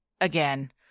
again